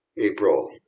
April